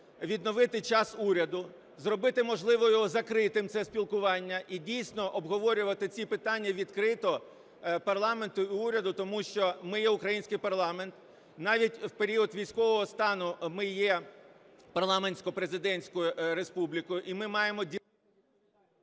відновити "час Уряду". Зробити, можливо, його закритим це спілкування. І дійсно обговорювати ці питання відкрито, парламенту і уряду, тому що ми є український парламент, навіть в період військового стану ми є парламентсько-президентською республікою і ми маємо... ГОЛОВУЮЧИЙ.